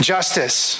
Justice